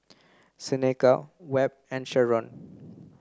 Seneca Webb and Sherron